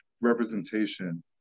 representation